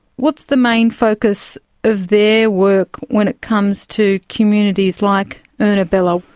what's the main focus of their work when it comes to communities like ernabella?